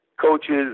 coaches